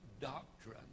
doctrine